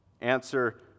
Answer